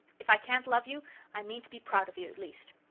if i can't love you i mean to be proud of you at least.